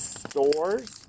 stores